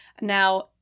Now